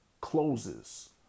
closes